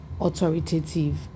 authoritative